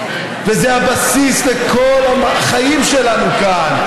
וזה הבסיס לכל החיים שלנו כאן,